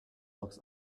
looks